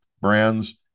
brands